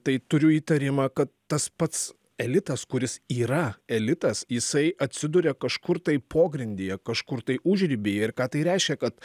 tai turiu įtarimą kad tas pats elitas kuris yra elitas jisai atsiduria kažkur tai pogrindyje kažkur tai užribyje ir ką tai reiškia kad